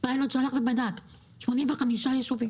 פיילוט שבדק 85 ישובים